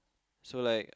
so like